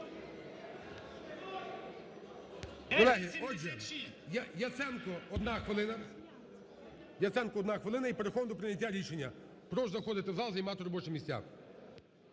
хвилина. Яценко, одна хвилина і переходимо до прийняття рішення. Прошу заходити в зал і займати робочі місця.